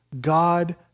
God